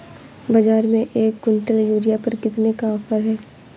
बाज़ार में एक किवंटल यूरिया पर कितने का ऑफ़र है?